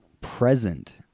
present